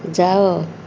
ଯାଅ